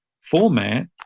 format